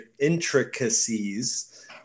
intricacies